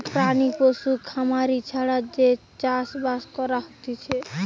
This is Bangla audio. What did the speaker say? প্রাণী পশু খামারি ছাড়া যে চাষ বাস করা হতিছে